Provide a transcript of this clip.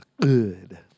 good